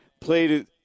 played